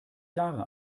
jahre